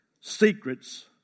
secrets